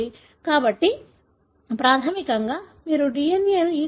కాబట్టి ప్రాథమికంగా మీరు DNA ను E